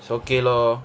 it's okay lor